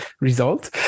result